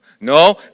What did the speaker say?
No